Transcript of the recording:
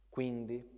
Quindi